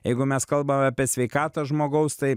jeigu mes kalbam apie sveikatą žmogaus tai